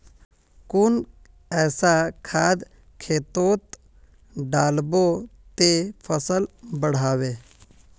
कुन ऐसा खाद खेतोत डालबो ते फसल बढ़बे?